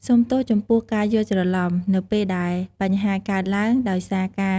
សូមទោសចំពោះការយល់ច្រឡំ នៅពេលដែលបញ្ហាកើតឡើងដោយសារការភាន់ច្រឡំរបស់អ្នកចំពោះអ្នកដទៃ។